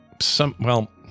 some—well